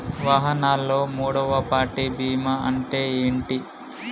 వాహనాల్లో మూడవ పార్టీ బీమా అంటే ఏంటి?